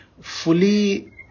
fully